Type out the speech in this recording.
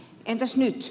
entäs nyt